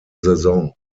saison